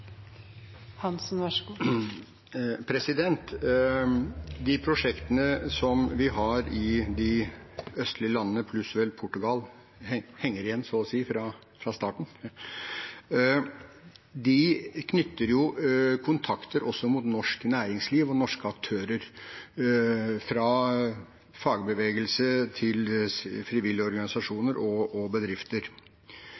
De prosjektene som vi har i de østlige landene – pluss vel i Portugal, det henger igjen så å si fra starten – knytter kontakter også mot norsk næringsliv og norske aktører, fra fagbevegelse til frivillige